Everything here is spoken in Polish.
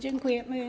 Dziękuje.